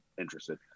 interested